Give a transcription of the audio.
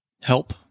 help